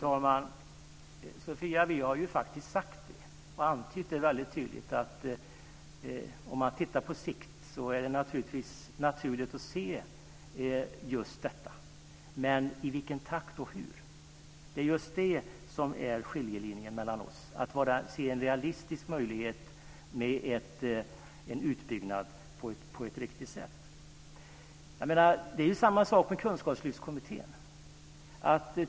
Fru talman! Vi har faktiskt sagt att det är naturligt att se just detta om man ser det på sikt, Sofia. Men vad gäller i vilken takt och hur det ska ske går det en skiljelinje mellan oss. Man måste se en realistisk möjlighet med en utbyggnad på ett riktigt sätt. Det är samma sak med Kunskapslyftskommittén.